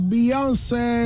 Beyonce